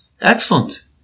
Excellent